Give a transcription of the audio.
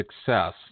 Success